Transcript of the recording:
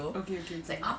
okay okay okay